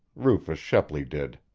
rufus shepley did.